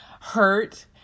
hurt